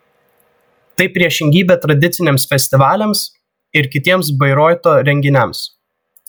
tai priešingybė tradiciniams festivaliams ir kitiems bairoito renginiams